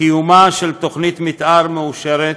קיומה של תוכנית מתאר מאושרת,